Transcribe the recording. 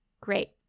Great